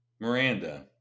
Miranda